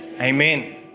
Amen